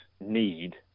need